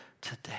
today